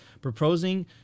proposing